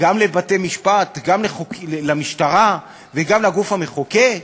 גם לבית-משפט, גם למשטרה וגם לגוף המחוקק?